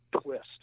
Twist